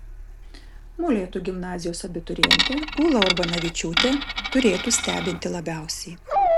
molėtų gimnazijos abiturientė ūla urbonavičiūtė turėtų stebinti labiausiai